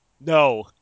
No